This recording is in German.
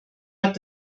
hat